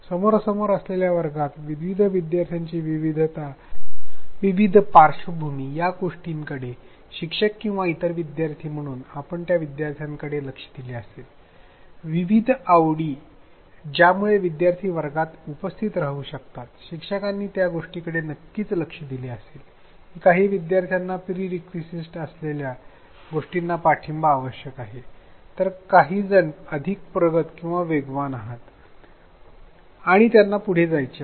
समोरासमोर असलेल्या वर्गात विविध विद्यार्थ्यांची विविधता विविध पार्श्वभूमी या गोष्टींकडे शिक्षक किंवा इतर विद्यार्थी म्हणून आपण त्या विद्यार्थ्यांकडे लक्ष दिले असेल विविध आवडी ज्यामुळे विद्यार्थी वर्गात उपस्थित राहू शकतात शिक्षकांनी या गोष्टीकडे नक्कीच लक्ष दिले असेल की काही विद्यार्थ्यांना प्रीरीक्विसीटस असलेल्या गोष्टींना पाठिंबा आवश्यक आहे तर काहीजण अधिक प्रगत किंवा वेगवान आहेत आणि त्यांना पुढे जायचे आहे